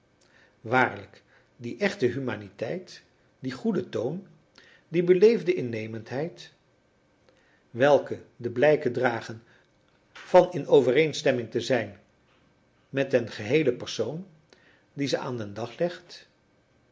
waarlijk die echte humaniteit die goede toon die beleefde innemendheid welke de blijken dragen van in overeenstemming te zijn met den geheelen persoon die ze aan den dag legt